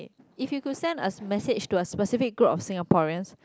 if you could send a message to a specific group of Singaporeans